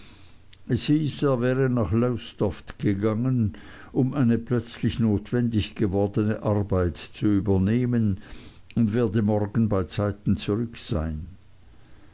wäre nach lowestoft gegangen um eine plötzlich notwendig gewordne arbeit zu übernehmen und werde morgen beizeiten zurück sein